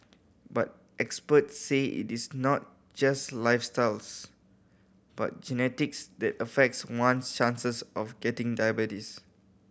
but experts say it is not just lifestyles but genetics that affects one chances of getting diabetes